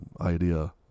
idea